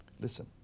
Listen